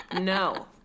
No